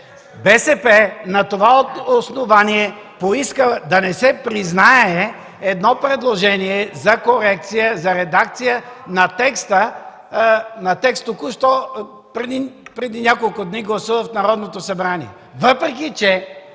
БСП на това основание поиска да не се признае едно предложение за редакция на текст, който преди няколко дни гласувахме в Народното събрание,